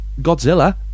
Godzilla